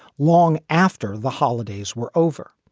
long after the holidays were over.